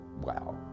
wow